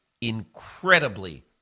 incredibly